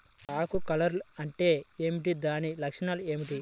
ఆకు కర్ల్ అంటే ఏమిటి? దాని లక్షణాలు ఏమిటి?